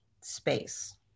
space